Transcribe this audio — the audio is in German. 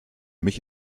mich